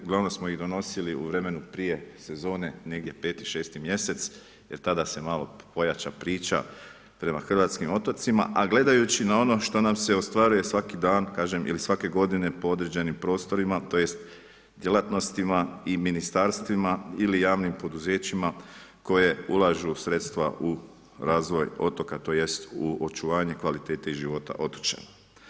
Uglavnom smo ih donosili u vremenu prije sezone, negdje 5., 6. mjesec jer tada se malo pojača priča prema hrvatskim otocima a gledajući na ono što nam se ostvaruje svaki dan, kažem, ili svake godine po određenim prostorima, tj. djelatnostima i ministarstvima ili javnim poduzećima koje ulažu sredstva u razvoj otoka, tj. u očuvanje kvalitete i života otočana.